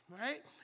right